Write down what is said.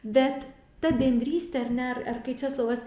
bet ta bendrystė ar ne ar ar kai česlovas